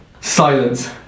Silence